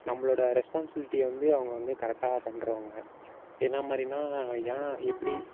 நம்மளோட ரெஸ்பான்ஸ்பிலிட்டியை வந்து அவங்க வந்து கரெக்டாக பண்றவங்க என்ன மாதிரினா ஏன் எப்படி